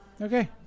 Okay